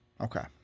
Okay